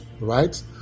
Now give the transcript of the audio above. right